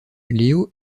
léo